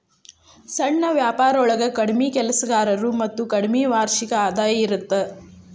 ಸಣ್ಣ ವ್ಯಾಪಾರೊಳಗ ಕಡ್ಮಿ ಕೆಲಸಗಾರರು ಮತ್ತ ಕಡ್ಮಿ ವಾರ್ಷಿಕ ಆದಾಯ ಇರತ್ತ